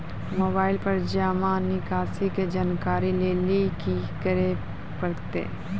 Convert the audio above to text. Mobile पर जमा निकासी के जानकरी लेली की करे परतै?